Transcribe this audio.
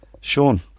Sean